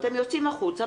אתם יוצאים החוצה,